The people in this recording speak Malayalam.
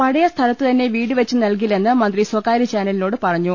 പഴയസ്ഥലത്ത് തിന്നെ വീട് വച്ച് നൽകില്ലെന്ന് മന്ത്രി സ്വകാര്യ ചാനലിനോട് പറഞ്ഞു